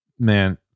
Man